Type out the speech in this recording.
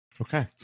Okay